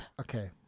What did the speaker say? Okay